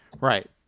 right